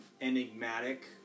enigmatic